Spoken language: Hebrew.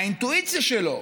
האינטואיציה שלו,